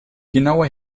genaue